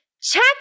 Check